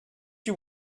you